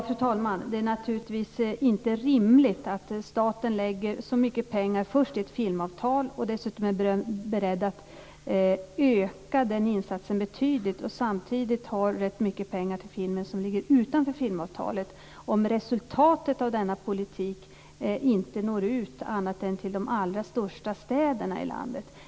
Fru talman! Det är naturligtvis inte rimligt att staten lägger ut så mycket pengar på ett filmavtal och är beredd att öka den insatsen samtidigt som den satsar rätt mycket pengar på sådan film som ligger utanför filmavtalet, om resultatet av denna politik inte når ut annat än till de allra största städerna i landet.